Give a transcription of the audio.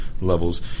levels